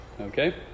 Okay